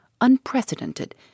unprecedented